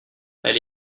elle